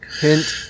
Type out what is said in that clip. Hint